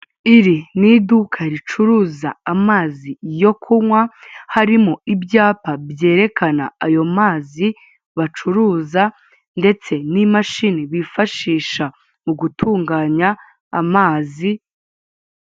Iri ni iduka ricuruza amazi yo kunywa harimo ibyapa byerekana ayo mazi bacuruza ndetse n'imashini bifashisha mu gutunganya amazi.